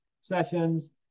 sessions